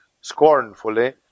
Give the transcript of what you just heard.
scornfully